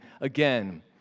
again